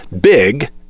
big